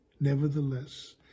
Nevertheless